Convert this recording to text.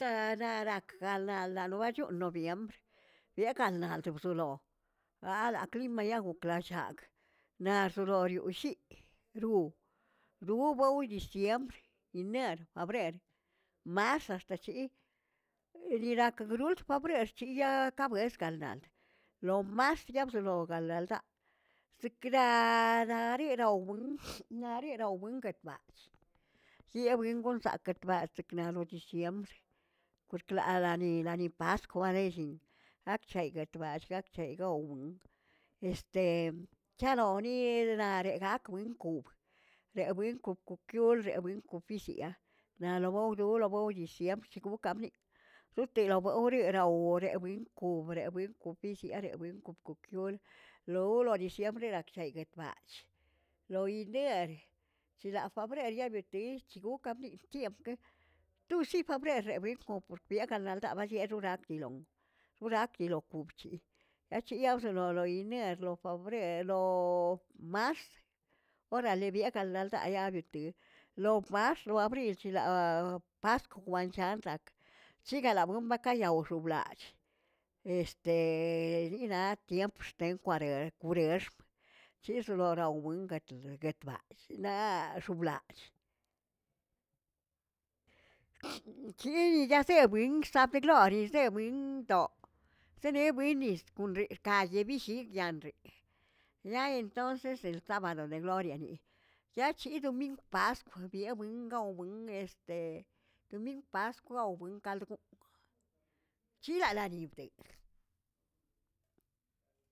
Ara'rakgala lalobaꞌchon nobiembr yeganauch wzolo, alaꞌa clima yagoklallagꞌ naꞌrzolo yogꞌlliꞌru rubou diciembr, iner, fabrer, marz, ax̱tachiꞌ yirakruch febrer chiakabueskaldad lo mas ya wzoro ḻee ldaa sikraarariraubr naꞌrinrangbmmguingakbaꞌ wingontzaketbaꞌ zitknaꞌ no diciembre, porklalani la ni paskw alellin gakchgai yet ballꞌ gakshao gawuin este chaloni rare gakwinkoꞌbə rebuinko'kiob rebuinkisiꞌa naꞌlobawduo labao diciembre koꞌokamniꞌ, yoꞌoteloꞌo bawderau rewinkob rewinkokisia rewinkokokiol lo urno diciembre yeche yetbaꞌa, lo yiner chda febrer yebertech chigokami siemprkeꞌe tusiꞌi febrer rewinkoꞌb porbienaꞌgaaldaa bayeronak yiloꞌn, turak yirokoꞌn achi ba wzoro lo yiner, lo febrer, loꞌo marz, orale byegaldaꞌa lobirti lo marz, lo abrilchilꞌa paskw guanchanzakꞌ chiganla wenbaukaꞌ yaoxonblaꞌch este ninaꞌ tiempx xtenkware kurerxb chizololaꞌwingə katozeguetbaꞌa naꞌroblallꞌ, chiyazebuingch zabilori zewingədoꞌo zenewiniꞌzə kon rkaꞌyibilli ranyee ya entonces el sábado de gloria, ya c̱hi domingw paskw biewingnə ga wingə este domingw paskw gawin kald guun chiralalibdey.